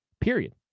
Period